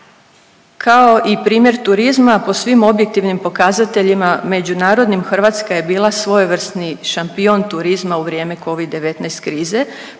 Kao i primjer turizma po svim objektivnim pokazateljima međunarodnim Hrvatska je bila svojevrsni šampion turizma u vrijeme covid-19 krize,